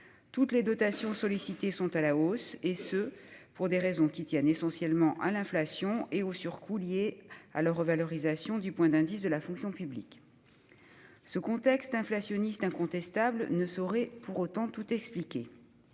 toutes les dotations sollicitées sont à la hausse, et ce pour des raisons qui tiennent essentiellement à l'inflation et aux surcoûts liés à la revalorisation du point d'indice de la fonction publique. Ce contexte inflationniste incontestable ne saurait pour autant tout expliquer.